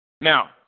Now